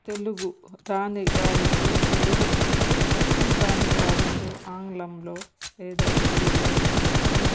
తెలుగు రాని వారితో తెలుగు అర్థంకాని వారితో ఆంగ్లంలో లేదా హిందీలో మరి